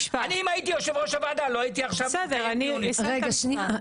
אני אם הייתי יושב ראש הוועדה לא הייתי עכשיו --- רגע שנייה,